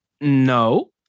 No